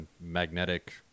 magnetic